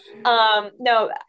No